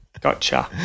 gotcha